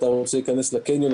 אם אתה רוצה להיכנס לקניון,